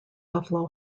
buffalo